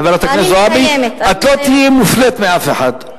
חברת הכנסת זועבי, את לא תהיי מופלית מאף אחד.